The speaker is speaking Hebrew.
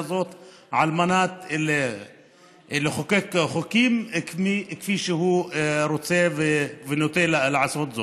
הזאת על מנת לחוקק חוקים כפי שהוא רוצה ונוטה לעשות.